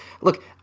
Look